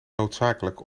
noodzakelijk